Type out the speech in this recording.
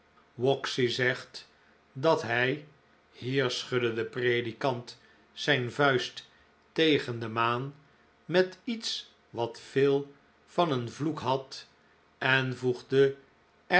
waxy zegt dat hij hier schudde de predikant zijn vuist tegen de maan met iets wat veel van een vloek had en voegde er